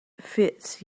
fits